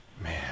Man